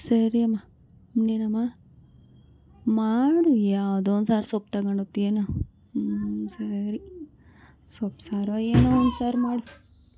ಸರಿಯಮ್ಮ ಇನ್ನೇನಮ್ಮ ಮಾಡು ಯಾವುದೋ ಒಂದು ಸಾರು ಸೊಪ್ಪು ತೊಗೊಂಡೋಗ್ತಿಯೇನು ಹ್ಞೂ ಸರಿ ಸೊಪ್ಪು ಸಾರೋ ಏನೋ ಒಂದು ಸಾರು ಮಾಡು